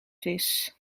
vis